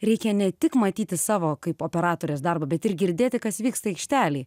reikia ne tik matyti savo kaip operatorės darbą bet ir girdėti kas vyksta aikštelėj